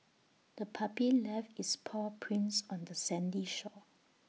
the puppy left its paw prints on the sandy shore